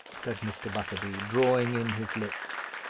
said mr. butterby, drawing in his lips,